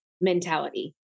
mentality